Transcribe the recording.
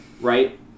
right